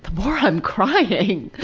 more i'm crying.